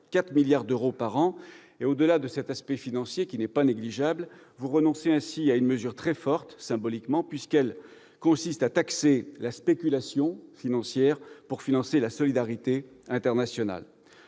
4 milliards d'euros par an. Au-delà de cet aspect financier, qui n'est pas négligeable, vous renoncez ainsi à une mesure symboliquement très forte, puisqu'elle consiste à taxer la spéculation financière pour financer la solidarité internationale.